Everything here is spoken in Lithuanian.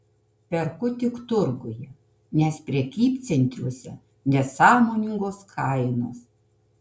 perku tik turguje nes prekybcentriuose nesąmoningos kainos